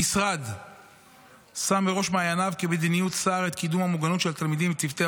המשרד שם בראש מעייניו כמדיניות שר את קידום המוגנות של התלמידים וצוותי